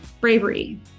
Bravery